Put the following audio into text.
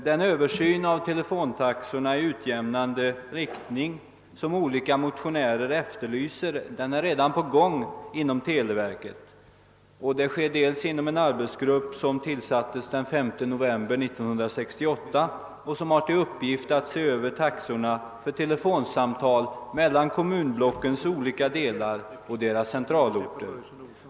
Den översyn av telefontaxorna i utjämnande riktning som olika motionärer efterlyser är redan på gång inom televerket. Den sker för det första genom en arbetsgrupp som tillsattes den 5 november 1968 och som har till uppgift att se över taxorna för telefonsamtal mellan kommunblockens olika delar och deras centralorter.